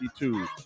52